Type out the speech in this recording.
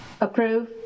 Approve